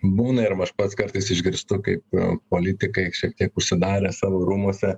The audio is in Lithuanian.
būna ir aš pats kartais išgirstu kaip politikai šiek tiek užsidarę savo rūmuose